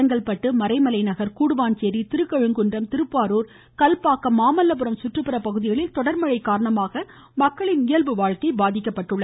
செங்கல்பட்டு மறைமலை நகர் கூடுவாஞ்சேரி திருக்கழுக்குன்றம் திருப்போரூர் கல்பாக்கம் மாமல்லபுரம் சுற்றுப்புற பகுதிகளில் தொடர்மழை காரணமாக மக்களின் இயல்பு வாழ்க்கை பாதிக்கப்பட்டுள்ளது